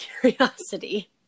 curiosity